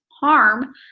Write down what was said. harm